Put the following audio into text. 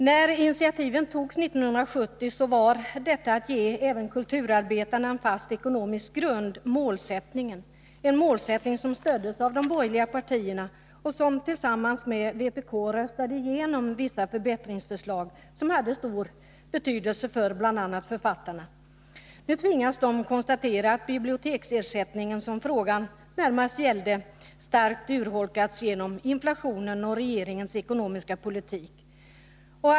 När initiativen togs 1970 var målsättningen att ge även kulturarbetarna en fast ekonomisk grund. Det var en målsättning som stöddes av de borgerliga partierna, vilka tillsammans med vpk röstade igenom vissa förbättringsförslag som hade stor betydelse för bl.a. författarna. Nu tvingas de konstatera att biblioteksersättningen, som frågan närmast gällde, starkt urholkats genom inflationen och regeringens ekonomiska politik.